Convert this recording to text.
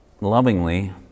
lovingly